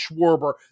Schwarber